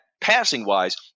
passing-wise